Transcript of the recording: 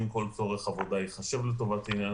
האם כל צורך עבודה ייחשב לטובת העניין.